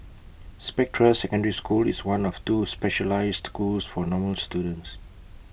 Spectra secondary school is one of two specialised schools for normal students